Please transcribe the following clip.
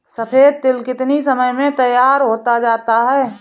सफेद तिल कितनी समय में तैयार होता जाता है?